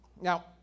Now